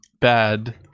bad